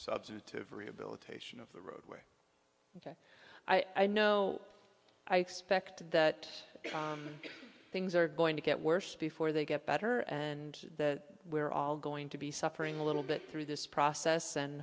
substantive rehabilitation of the roadway i know i expect that things are going to get worse before they get better and that we're all going to be suffering a little bit through this process and